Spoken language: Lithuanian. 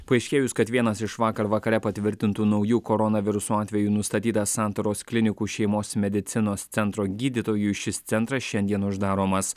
paaiškėjus kad vienas iš vakar vakare patvirtintų naujų koronaviruso atvejų nustatytas santaros klinikų šeimos medicinos centro gydytojui šis centras šiandien uždaromas